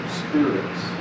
spirits